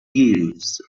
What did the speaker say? geese